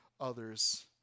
others